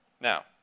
Now